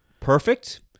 Perfect